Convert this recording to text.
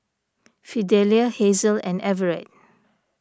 Fidelia Hazel and Everet